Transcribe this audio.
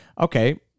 Okay